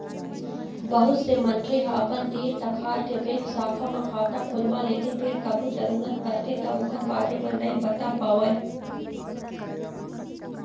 बहुत से मनखे ह अपन तीर तखार के बेंक शाखा म खाता खोलवा लेथे फेर कभू जरूरत परथे त ओखर बारे म नइ बता पावय